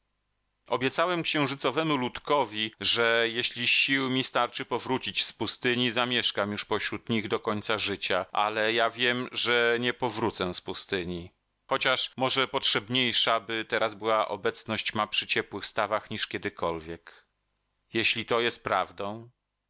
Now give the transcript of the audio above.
obiecałem księżycowemu ludkowi że jeśli sił mi starczy powrócić z pustyni zamieszkam już pośród nich do końca życia ale ja wiem że nie powrócę z pustyni chociaż może potrzebniejsza by teraz była obecność ma przy ciepłych stawach niż kiedykolwiek jeśli to jest prawdą